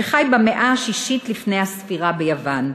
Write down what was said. שחי במאה השישית לפני הספירה ביוון.